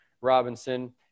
Robinson